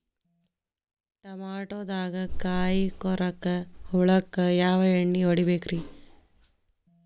ಟಮಾಟೊದಾಗ ಕಾಯಿಕೊರಕ ಹುಳಕ್ಕ ಯಾವ ಎಣ್ಣಿ ಹೊಡಿಬೇಕ್ರೇ?